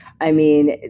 i mean,